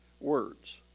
words